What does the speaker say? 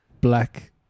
black